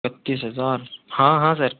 इक्कीस हज़ार हाँ हाँ सर